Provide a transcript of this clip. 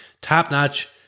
top-notch